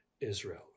Israel